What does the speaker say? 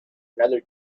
another